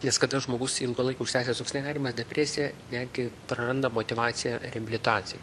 nes kada žmogus ilgą laiką užsitęsęs toks nerimas depresija netgi praranda motyvaciją reabilitacijai